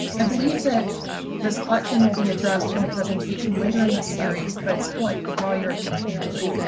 i believe that this collection will be addressed in a presentation later in this series, but i'd still like to draw your attention to it